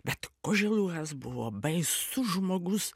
bet koželuhas buvo baisus žmogus